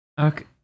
Okay